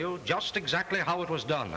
you just exactly how it was done